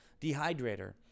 dehydrator